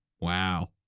wow